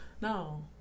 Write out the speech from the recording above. No